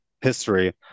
history